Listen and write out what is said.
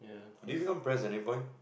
did you become pres~ at any point